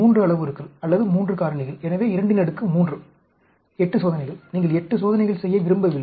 3 அளவுருக்கள் அல்லது 3 காரணிகள் எனவே 23 8 சோதனைகள் நீங்கள் 8 சோதனைகள் செய்ய விரும்பவில்லை